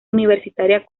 universitaria